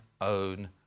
own